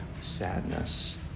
sadness